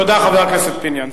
תודה, חבר הכנסת פיניאן.